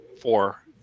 four